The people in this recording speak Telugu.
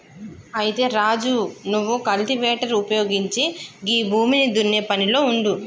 అయితే రాజు నువ్వు కల్టివేటర్ ఉపయోగించి గీ భూమిని దున్నే పనిలో ఉండు